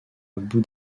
abou